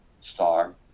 star